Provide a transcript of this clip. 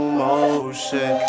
motion